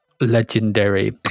legendary